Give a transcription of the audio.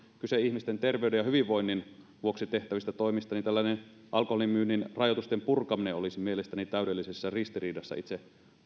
kyse ihmisten terveyden ja hyvinvoinnin vuoksi tehtävistä toimista niin tällainen alkoholin myynnin rajoitusten purkaminen olisi mielestäni täydellisessä ristiriidassa itse